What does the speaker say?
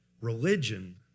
Religion